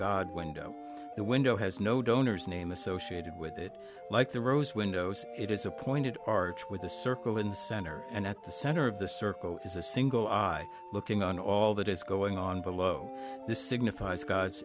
god window the window has no donor's name associated with it like the rose windows it is a pointed arch with a circle in the center and at the center of the circle is a single eye looking on all that is going on below this signifies god's